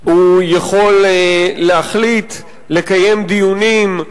הוא יכול להחליט לקיים דיונים,